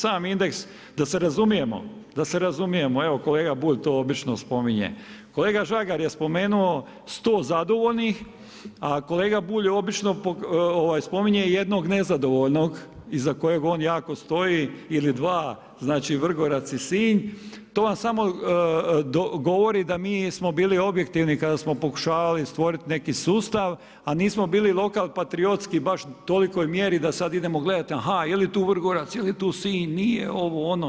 Sam indeks da se razumijemo, evo kolega Bulj to obično spominje, kolega Žagar je spomenuo 100 zadovoljnih, a kolega Bulj obično spominje jednog nezadovoljnog iza kojeg on jako stoji ili dva znači Vrgorac i Sinj, to vam samo govori da mi smo bili objektivni kada smo pokušavali stvoriti neki sustav, a nismo bili lokalpatriotski baš u tolikoj mjeri da sada idemo gledajte, aha jeli tu Vrgorac, jeli tu Sinj, nije ovo, ono.